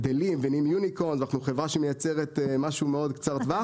שהם גדלים ונהיים יוניקורן ואנחנו חברה שמייצרת משהו מאוד קצר טווח.